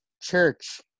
church